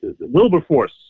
Wilberforce